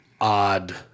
odd